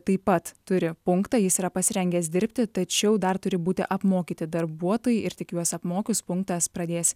taip pat turi punktą jis yra pasirengęs dirbti tačiau dar turi būti apmokyti darbuotojai ir tik juos apmokius punktas pradės